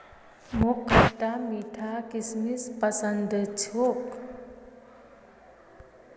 मोक खटता मीठा किशमिश पसंद छोक